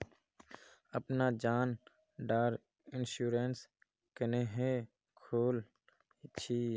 अपना जान डार इंश्योरेंस क्नेहे खोल छी?